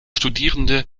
studierende